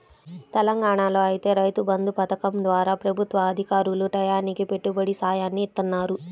తెలంగాణాలో ఐతే రైతు బంధు పథకం ద్వారా ప్రభుత్వ అధికారులు టైయ్యానికి పెట్టుబడి సాయాన్ని ఇత్తన్నారు